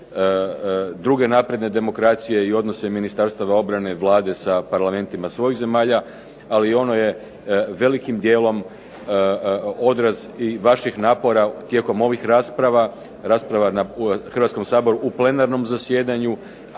druge napredne demokracije i odnose Ministarstva obrane, Vlade sa parlamentima svojih zemalja ali i ono je velikim djelom odraz i vaših napora tijekom ovih rasprava u Hrvatskom saboru u plenarnom zasjedanju